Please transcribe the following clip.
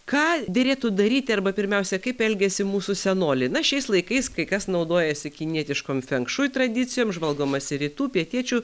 ką derėtų daryti arba pirmiausia kaip elgiasi mūsų senoliai na šiais laikais kai kas naudojasi kinietiškom fengšui tradicijom žvalgomasi rytų pietiečių